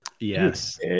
Yes